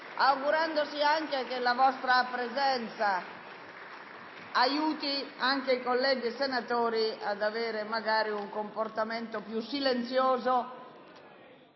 augurandosi anche che la loro presenza aiuti i colleghi senatori ad avere un comportamento più silenzioso